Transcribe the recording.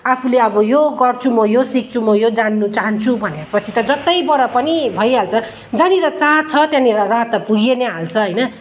आफूले अब यो गर्छु म यो सिक्छु म यो जान्नु चाहन्छु भनेपछि त जतैबाट पनि भइहाल्छ जहाँनिर चाह छ त्यहाँनिर राह त पुगी नै हाल्छ होइन